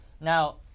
Now